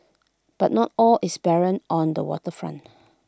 but not all is barren on the Water Front